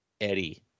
Eddie